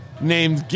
named